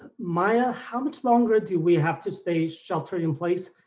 maya, how much longer do we have to stay sheltered in place,